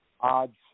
odds